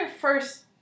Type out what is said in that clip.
first